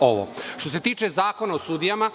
ovo. Što se tiče Zakona o sudijama,